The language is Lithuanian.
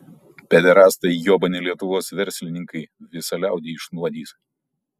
pederastai jobani lietuvos verslininkai visą liaudį išnuodys